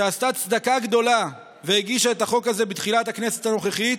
שעשתה צדקה גדולה והגישה את החוק הזה בתחילת הכנסת הנוכחית,